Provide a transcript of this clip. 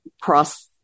cross